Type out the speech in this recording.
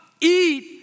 eat